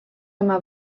yma